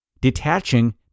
detaching